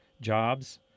jobs